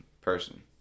person